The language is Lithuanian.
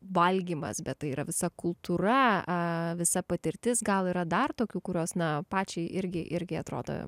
valgymas bet tai yra visa kultūra visa patirtis gal yra dar tokių kurios na pačiai irgi irgi atrodo